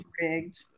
rigged